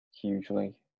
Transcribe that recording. hugely